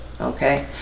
Okay